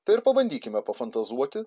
tai ir pabandykime pafantazuoti